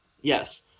Yes